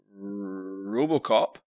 Robocop